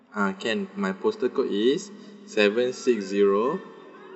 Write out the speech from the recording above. ah can my postal code is seven six zero